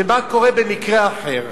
ומה קורה במקרה אחר?